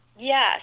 Yes